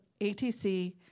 ATC